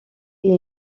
est